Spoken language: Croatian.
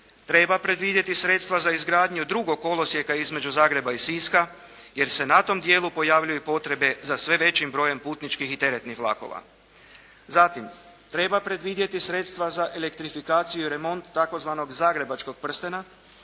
treba predvidjeti sredstva za izgradnju drugog kolosijeka između Zagreba i Siska jer se na tom dijelu pojavljuju potrebe za sve većim brojem putničkih i teretnih vlakova. Zatim, treba predvidjeti sredstva za elektrifikaciju i remont tzv. zagrebačkog prstena